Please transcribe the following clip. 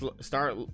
start